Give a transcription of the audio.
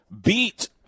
beat